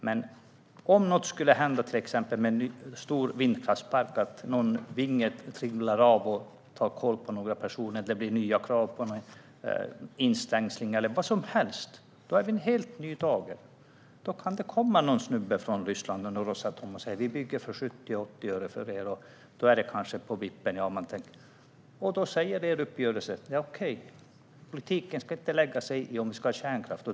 Men om något händer med en stor vindkraftspark, en vinge trillar av och tar kål på några personer och det blir nya krav på instängsling, kommer allt i en helt ny dager. Då kan det komma en snubbe från Ryssland, från Rosatom, som säger att de bygger för 70-80 öre. Det kan vara på vippen. Enligt er uppgörelse är det okej; politiken ska inte lägga sig i om det ska vara kärnkraft.